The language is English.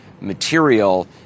material